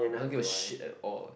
I don't give a shit at all